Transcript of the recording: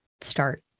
start